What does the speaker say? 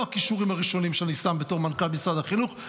לא הכישורים הראשונים שאני שם בתור מנכ"ל משרד החינוך.